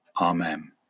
Amen